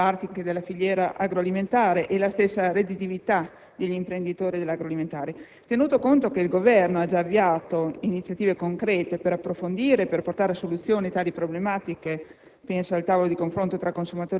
compromesse la solidità di alcuni comparti della filiera agroalimentare e la stessa redditività degli imprenditori del settore agroalimentare. Tenuto conto che il Governo ha già avviato iniziative concrete per approfondire e portare a soluzione tali problematiche